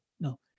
no